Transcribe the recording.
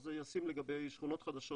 אז זה ישים לגבי שכונות חדשות,